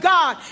God